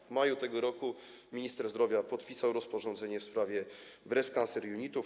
W maju tego roku minister zdrowia podpisał rozporządzenie w sprawie Breast Cancer Unit.